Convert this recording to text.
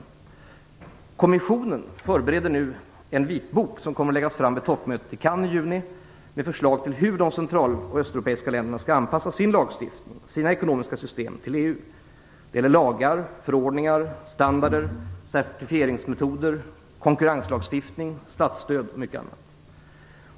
Kommissionen förbereder nu en vitbok som kommer att läggas fram vid toppmötet i Cannes i juni med förslag till hur de central och östeuropeiska länderna skall anpassa sin lagstiftning och sina ekonomiska system till EU. Det gäller lagar, förordningar, standarder, certifieringsmetoder, regler gällande konkurrens, statsstöd m.m.